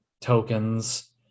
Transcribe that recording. tokens